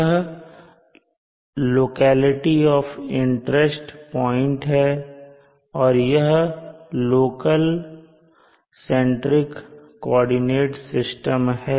यह locality of interest point है और यह लोकल सेंट्रिक कोऑर्डिनेट सिस्टम है